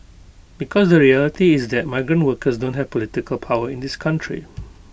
because the reality is that migrant workers don't have political power in this country